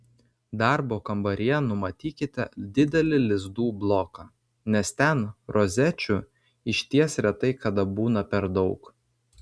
darbo kambaryje numatykite didelį lizdų bloką nes ten rozečių išties retai kada būna per daug